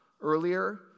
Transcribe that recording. earlier